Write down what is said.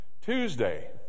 tuesday